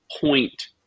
point